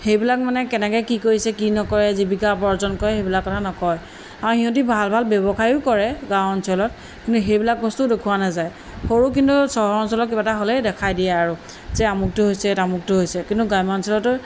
সেইবিলাক মানে কেনেকৈ কি কৰিছে কি নকৰে জীৱিকা উপাৰ্জন কৰে সেইবিলাক কথা নকয় আৰু সিহঁতি ভাল ভাল ব্যৱসায়ো কৰে গাঁও অঞ্চলত কিন্তু সেইবিলাক বস্তুও দেখুওৱা নাযায় সৰু কিন্তু চহৰ অঞ্চলত কিবা এটা হ'লেই দেখাই দিয়ে আৰু যে আমুকটো হৈছে তামুকটো হৈছে কিন্তু গ্ৰাম্যাঞ্চলতো